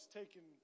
taken